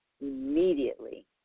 immediately